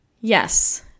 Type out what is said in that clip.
Yes